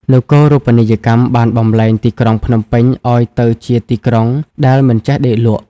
នគរូបនីយកម្មបានបម្លែងទីក្រុងភ្នំពេញឱ្យទៅជាទីក្រុងដែល "មិនចេះដេកលក់"។